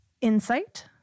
insight